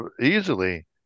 easily